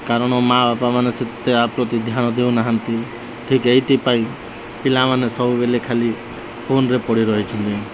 କାରଣ ମାଆ ବାପା ମାନେ ସେତେ ଆ ପ୍ରତି ଧ୍ୟାନ ଦେଉନାହାନ୍ତି ଠିକ୍ ଏଇଥିପାଇଁ ପିଲାମାନେ ସବୁବେଳେ ଖାଲି ଫୋନ୍ରେ ପଡ଼ି ରହିଛନ୍ତି